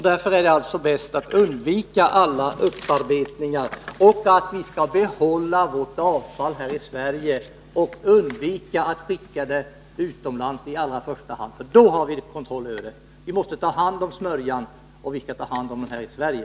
Därför är det bäst att undvika alla upparbetningar. Vi skall behålla vårt avfall här i Sverige och undvika att skicka det utomlands, för där har vi inte kontroll över det. Vi måste ta hand om smörjan, och vi skall ta hand om den här i Sverige.